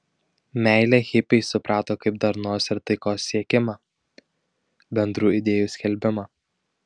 meilę hipiai suprato kaip darnos ir taikos siekimą bendrų idėjų skelbimą